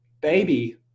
baby